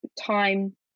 time